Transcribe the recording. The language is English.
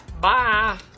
Bye